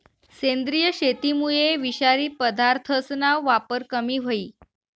सेंद्रिय शेतीमुये विषारी पदार्थसना वापर कमी व्हयी